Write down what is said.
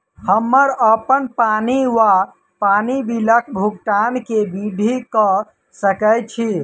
हम्मर अप्पन पानि वा पानि बिलक भुगतान केँ विधि कऽ सकय छी?